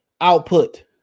output